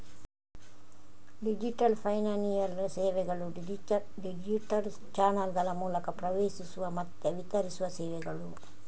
digital financial ಸೇವೆಗಳು digital ಚಾನಲ್ಗಳ ಮೂಲಕ ಪ್ರವೇಶಿಸುವ ಮತ್ತೆ ವಿತರಿಸುವ ಸೇವೆಗಳು